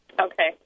Okay